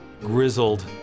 grizzled